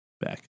back